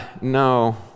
no